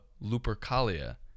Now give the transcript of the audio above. Lupercalia